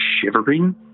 shivering